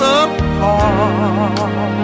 apart